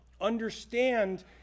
understand